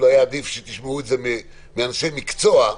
עדיף שתשמעו את זה מאנשי מקצוע.